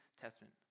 testament